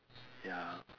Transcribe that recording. ya